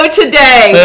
today